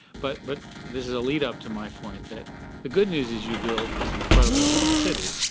but but this is a lead-up to my point that the good news is you built this incredibly strong city.